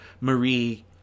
Marie